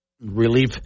relief